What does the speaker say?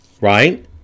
right